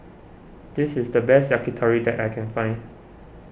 this is the best Yakitori that I can find